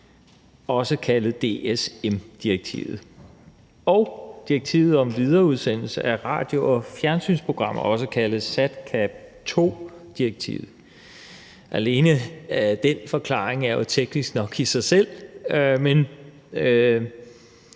også kaldet DSM-direktivet, og direktivet om videreudsendelse af radio- og fjernsynsprogrammer, også kaldet SatCabII-direktivet. Alene den forklaring er jo teknisk nok i sig selv, men